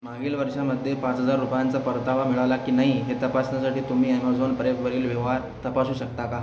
मागील वर्षामध्ये पाच हजार रुपयांचा परतावा मिळाला की नाही हे तपासण्यासाठी तुम्ही ॲमेझॉन प्राइमवरील व्यवहार तपासू शकता का